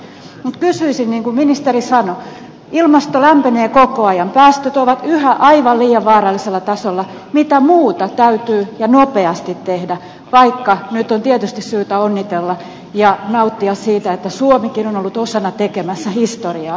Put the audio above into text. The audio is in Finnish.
mutta kysyisin niin kuin ministeri sanoi ilmasto lämpenee koko ajan päästöt ovat yhä aivan liian vaarallisella tasolla mitä muuta täytyy ja nopeasti tehdä vaikka nyt on tietysti syytä onnitella ja nauttia siitä että suomikin on ollut osana tekemässä historiaa